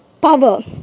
Power